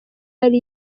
yari